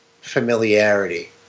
familiarity